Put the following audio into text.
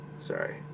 Sorry